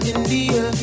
India